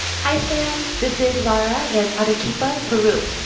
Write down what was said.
hi, sam. this is laura in arequipa, peru.